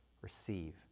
receive